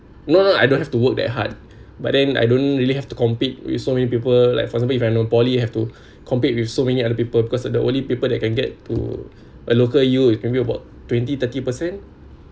no no I don't have to work that hard but then I don't really have to compete with so many people like for example if I know poly have to compete with so many other people because the only people that can get to a local U is maybe about twenty thirty percent